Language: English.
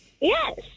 Yes